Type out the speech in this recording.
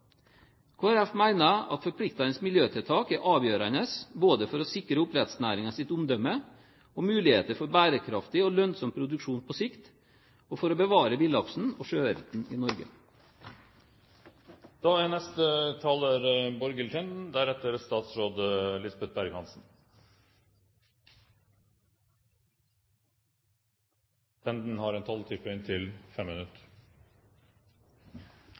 at forpliktende miljøtiltak er avgjørende både for å sikre oppdrettsnæringens omdømme og muligheter for bærekraftig og lønnsom produksjon på sikt, og for å bevare villaksen og sjøørreten i Norge. Jeg vil også takke statsråden for en god statusrapport. Venstre er